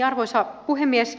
arvoisa puhemies